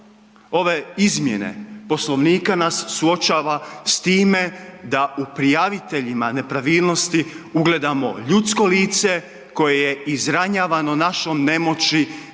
ove izmjene Poslovnika nas suočava s time da u prijaviteljima nepravilnosti ugledamo ljudsko lice koje je izranjavano našom nemoći